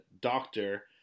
doctor